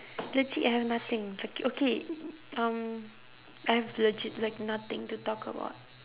legit I have nothing like okay um I have legit like nothing to talk about